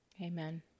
Amen